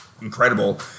incredible